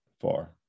far